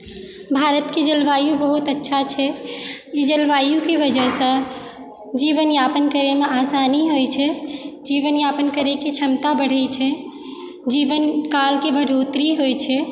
भारतके जलवायु बहुत अच्छा छै ई जलवायुके वजहसँ जीवन यापन करयमे आसानी होइत छै जीवन यापन करयके क्षमता बढ़ैत छै जीवन कालके बढ़ोतरी होइत छै